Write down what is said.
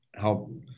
help